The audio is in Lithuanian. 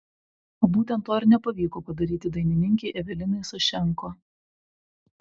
o būtent to ir nepavyko padaryti dainininkei evelinai sašenko